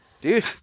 dude